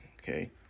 okay